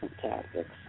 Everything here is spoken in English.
tactics